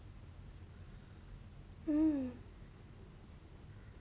hmm